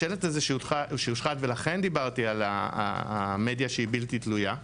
השלט הזה שהושחת ולכן דיברתי על המדיה שהיא בלתי תלויה,